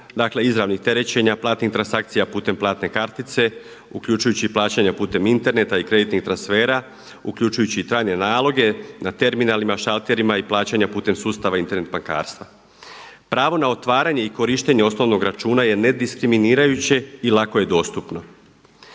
Dakle, izravnih terećenja, platnih transakcija putem platne kartice uključujući i plaćanja putem interneta i kreditnih transfera, uključujući i trajne naloge na terminalima, šalterima i plaćanja putem sustava Internet bankarstva. Pravo na otvaranje i korištenje osnovnog računa je nediskriminirajuće i lako je dostupno.